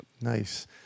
Nice